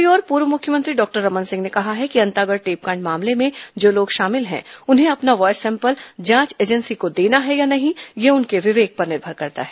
द्रसरी ओर पूर्व मुख्यमंत्री डॉक्टर रमन सिंह ने कहा है कि अंतागढ़ टेपकांड मामले में जो लोग शामिल हैं उन्हें अपना वॉयस सैंपल जांच एजेंसी को देना है या नहीं यह उनके विवेक पर निर्भर करता है